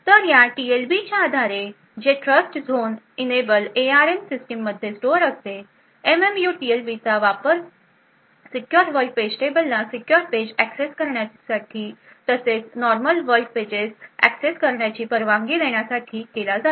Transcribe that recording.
तर या टीएलबीच्या आधारे जे ट्रस्टझोन इनएबल एआरएम सिस्टम मध्ये स्टोअर असते एमएमयू टीएलबीचा वापर सीक्युर वर्ल्ड पेज टेबलला सीक्युर पेज एक्सेस करण्याची तसेच नॉर्मल वर्ल्ड पेज एक्सेस करण्याची परवानगी देण्यासाठी केला जातो